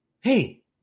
hey